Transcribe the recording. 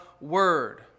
word